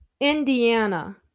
Indiana